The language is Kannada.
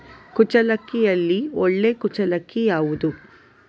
ಕುಚ್ಚಲಕ್ಕಿಯಲ್ಲಿ ಒಳ್ಳೆ ಕುಚ್ಚಲಕ್ಕಿ ಯಾವುದು?